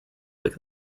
like